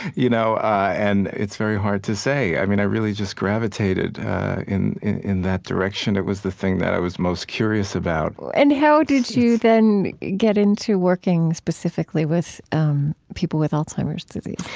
you know and it's very hard to say. i mean, i really just gravitated in in that direction. it was the thing that i was most curious about and how did you then get into working specifically with people with alzheimer's disease?